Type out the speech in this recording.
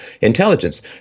intelligence